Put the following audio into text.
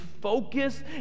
focus